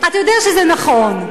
אתה יודע שזה נכון.